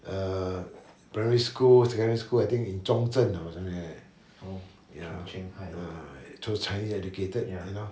err primary school secondary school I think in 中正 or something like that ya ya so chinese educated you know